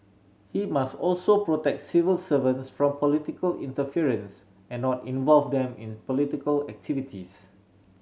he must also protect civil servants from political interference and not involve them in political activities